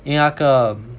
因为那个